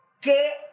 que